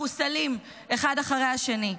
או מחוסלים אחד אחרי השני.